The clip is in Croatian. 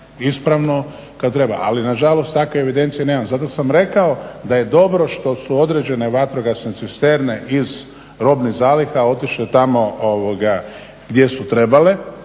ispravno kad treba. Ali nažalost takve evidencije nemam. Zato sam rekao da je dobro što su određene vatrogasne cisterne iz robnih zaliha otišle tamo gdje su trebale